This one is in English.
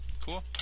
Cool